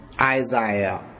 Isaiah